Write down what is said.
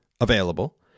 available